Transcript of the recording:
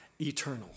eternal